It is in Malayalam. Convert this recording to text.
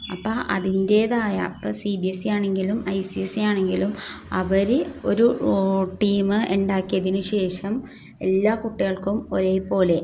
അപ്പോൾ അതിൻ്റേതായ അപ്പോൾ സി ബി എസ് സി ആണെങ്കിലും ഐ സി എസ് സി ആണെങ്കിലും അവർ ഒരു ടീമ് ഉണ്ടാക്കിയതിനുശേഷം എല്ലാ കുട്ടികൾക്കും ഒരേപോലെ